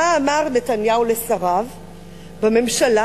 מה אמר נתניהו לשריו בממשלה?